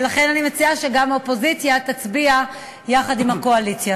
ולכן אני מציעה שגם האופוזיציה תצביע יחד עם הקואליציה.